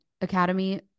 academy